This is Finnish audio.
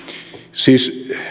siis